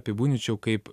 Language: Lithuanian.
apibūdinčiau kaip